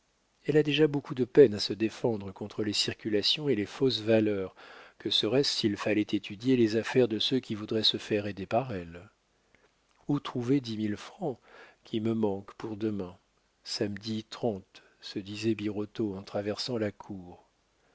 elle a déjà beaucoup de peine à se défendre contre les circulations et les fausses valeurs que serait-ce s'il fallait étudier les affaires de ceux qui voudraient se faire aider par elle où trouver dix mille francs qui me manquent pour demain samedi trente se disait birotteau en traversant la cour